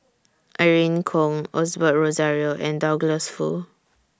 Irene Khong Osbert Rozario and Douglas Foo